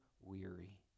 weary